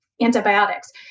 antibiotics